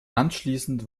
anschließend